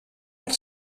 per